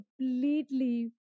completely